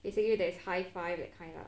basically there is high five that kind lah